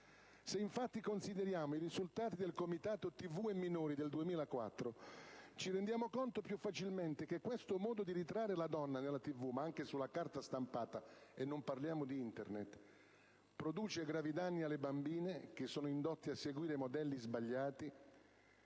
Se infatti consideriamo i risultati del comitato TV e minori del 2004, ci rendiamo conto più facilmente che questo modo di ritrarre la donna in TV, ma anche sulla carta stampata (e non parliamo poi di Internet), produce gravi danni alle bambine che sono indotte a seguire modelli sbagliati,